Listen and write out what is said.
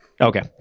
Okay